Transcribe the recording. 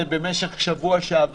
התש"ף-2020.